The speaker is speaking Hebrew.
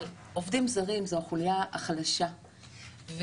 אבל עובדים זרים זו החוליה החלשה וישנן